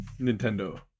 Nintendo